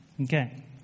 Okay